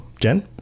jen